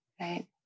right